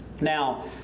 Now